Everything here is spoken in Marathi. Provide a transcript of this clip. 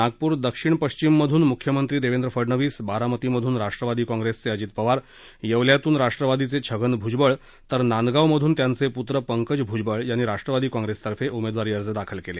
नागपूर दक्षिण पश्चिम मधून मुख्यमंत्री देवेंद्र फडणवीस बारामतीतून राष्ट्रवादीचे अजित पवार येवल्यातून राष्ट्रवादीचे छगन भूजबळ तर नांदगाव मधून त्यांचे पुत्र पंकज भूजबळ यांनी राष्ट्रवादीतर्फे उमेदवारी अर्ज दाखल केले